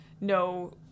no